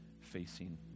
facing